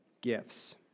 gifts